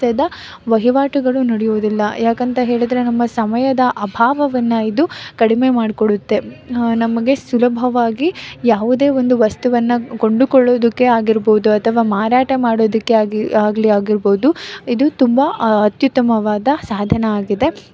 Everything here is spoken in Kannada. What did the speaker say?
ವಹಿವಾಟುಗಳು ನಡೆಯುವುದಿಲ್ಲ ಯಾಕಂತ ಹೇಳಿದರೆ ನಮ್ಮ ಸಮಯದ ಅಭಾವವನ್ನು ಇದು ಕಡಿಮೆ ಮಾಡಿಕೊಡುತ್ತೆ ನಮಗೆ ಸುಲಭವಾಗಿ ಯಾವುದೇ ಒಂದು ವಸ್ತುವನ್ನು ಕೊಂಡುಕೊಳ್ಳುವುದುಕ್ಕೆ ಆಗಿರ್ಬೋದು ಅಥವಾ ಮಾರಾಟ ಮಾಡುವುದಕ್ಕೆ ಆಗಿ ಆಗಲಿ ಆಗಿರ್ಬೋದು ಇದು ತುಂಬ ಅತ್ಯುತ್ತಮವಾದ ಸಾಧನ ಆಗಿದೆ